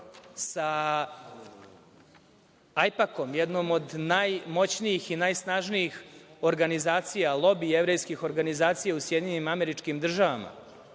sa „Ajpakom“ jednom od najmoćnijih i najsnažnijih organizacija, lobi jevrejskih organizacija u SAD